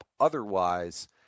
otherwise